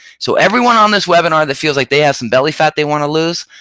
so everyone on this webinar that feels like they have some belly fat they want to lose,